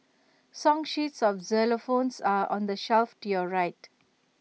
song sheets for xylophones are on the shelf to your right